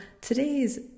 today's